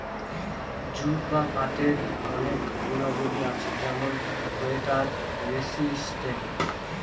jute বা পাটের অনেক গুণাবলী আছে যেমন ওয়াটার রেসিস্টেন্ট